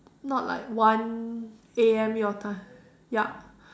not like one A_M your time yup